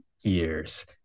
years